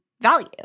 value